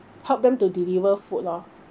help them to deliver food lor